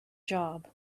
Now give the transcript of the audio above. job